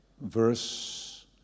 verse